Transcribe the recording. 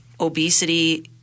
obesity